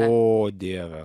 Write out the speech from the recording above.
o dieve